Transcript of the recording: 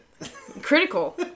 Critical